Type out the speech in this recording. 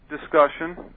discussion